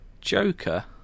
Joker